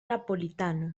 napolitano